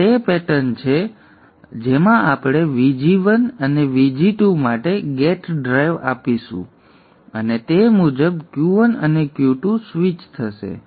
આ તે પેટર્ન છે જેમાં આપણે Vg1 અને Vg2 માટે ગેટ ડ્રાઇવ આપીશું અને તે મુજબ Q1 અને Q2 સ્વિચ થશે